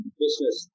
business